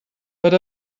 but